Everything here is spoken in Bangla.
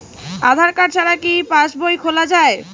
আধার কার্ড ছাড়া কি পাসবই খোলা যায়?